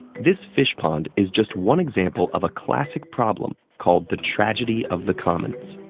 this fish pond is just one example of a classic problem called the tragedy of the commons.